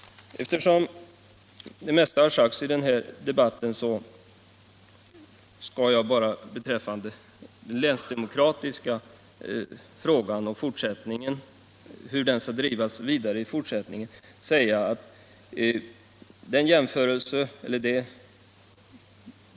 Eftersom det mesta redan sagts i denna debatt skall jag nu avslutningsvis bara säga några ord om länsdemokratifrågan och om det fortsatta arbetet med denna.